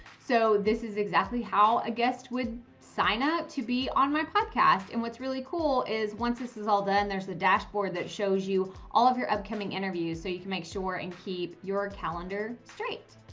so this is exactly how a guest would sign up to be on my podcast. and what's really cool is once this is all done, there's the dashboard that shows you all of your upcoming interviews so you can make sure and keep your calendar straight.